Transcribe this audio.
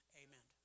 amen